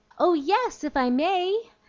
oh yes, if i may!